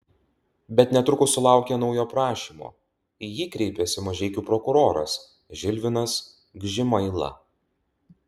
bet netrukus sulaukė naujo prašymo į jį kreipėsi mažeikių prokuroras žilvinas gžimaila